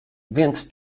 więc